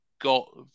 got